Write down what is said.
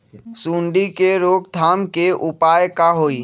सूंडी के रोक थाम के उपाय का होई?